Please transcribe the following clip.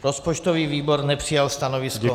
Rozpočtový výbor nepřijal stanovisko.